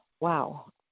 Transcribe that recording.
Wow